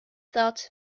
thought